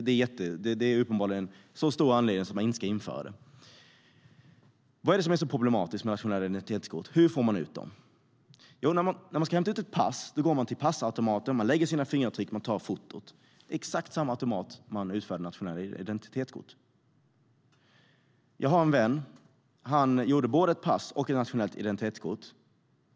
Det är uppenbarligen en så stor anledning att man inte ska införa det. Vad är det som är så problematiskt med nationella identitetskort? Hur får man ut dem? Jo, när man ska hämta ut ett pass går man till passautomaten. Man lämnar sina fingeravtryck och tar fotot. Exakt samma automat utfärdar nationella id-kort. Jag har en vän. Han gjorde både ett pass och ett nationellt identitetskort.